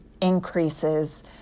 increases